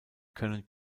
können